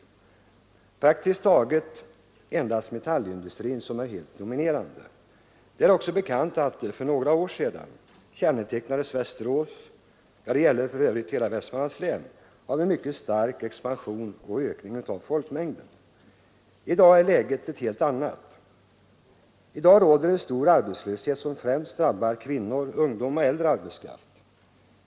Metallindustrin är praktiskt taget helt dominerande. Det är också bekant att för några år sedan kännetecknades Västerås — det gäller för övrigt hela Västmanlands län — av en stark expansion och ökning av folkmängden. I dag är läget ett helt annat. I dag råder en stor arbetslöshet, som främst drabbar kvinnor, ungdom och äldre arbetskraft.